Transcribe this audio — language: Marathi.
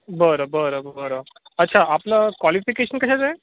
बरं बरं बरं अच्छा आपलं कॉलिफिकेशन कशाचं आहे